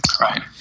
Right